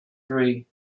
three